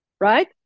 right